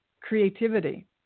creativity